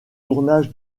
tournage